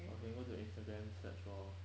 or can go to instagram search lor